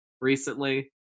recently